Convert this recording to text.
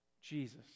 Jesus